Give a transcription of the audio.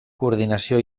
coordinació